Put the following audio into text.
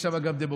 יש שם דמוקרטים,